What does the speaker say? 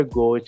go